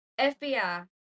FBI